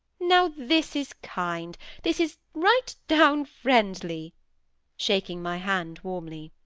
now this is kind this is right down friendly shaking my hand warmly.